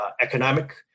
economic